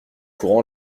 courant